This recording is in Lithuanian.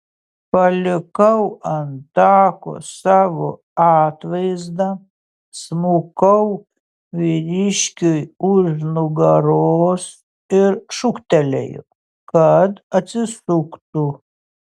palikau ant tako savo atvaizdą smukau vyriškiui už nugaros ir šūktelėjau kad atsisuktų